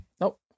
nope